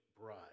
bride